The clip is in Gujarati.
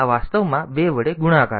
તેથી આ વાસ્તવમાં 2 વડે ગુણાકાર છે